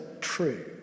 true